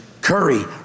curry